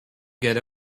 get